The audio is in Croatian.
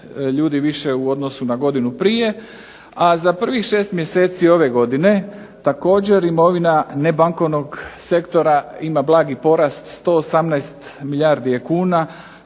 ljudi više u odnosu na godinu prije, a za prvih 6 mjeseci ove godine također imovina nebankovnog sektora ima blagi porast 118 milijardi kuna,